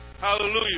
Hallelujah